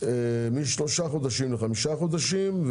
משלושה חודשים לחמישה חודשים.